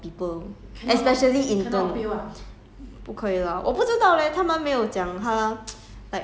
那个 supervisor just like to make it difficult for people especially intern